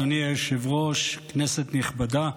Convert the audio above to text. אדוני היושב-ראש, כנסת נכבדה,